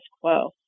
quo